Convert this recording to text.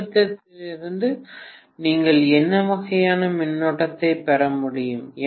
மின்னழுத்தத்திலிருந்து நீங்கள் என்ன வகையான மின்னோட்டத்தைப் பெற முடியும்